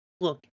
Look